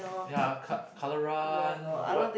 ya car colour run to what